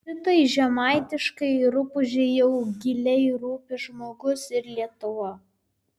šitai žemaitiškai rupūžei jau giliai rūpi žmogus ir lietuva